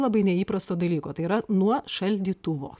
labai neįprasto dalyko tai yra nuo šaldytuvo